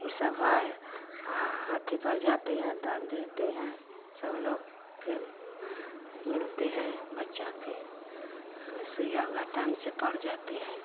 ई सब है अथि पड़ जाती हैं ता देते हैं सब लोग के मिलते हैं बच्चा के व सुइया उवा टाइम से पड़ जाते हैं